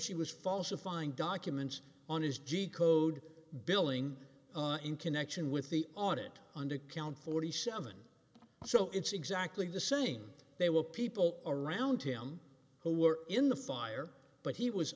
she was falsifying documents on his g code billing in connection with the audit undercount forty seven so it's exactly the same they were people around him who were in the fire but he was